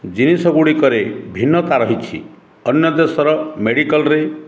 ଜିନିଷ ଗୁଡ଼ିକରେ ଭିନ୍ନତା ରହିଛି ଅନ୍ୟ ଦେଶର ମେଡ଼ିକାଲ୍ରେ